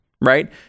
right